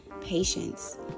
patience